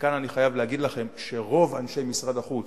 וכאן אני חייב להגיד לכם שרוב אנשי משרד החוץ,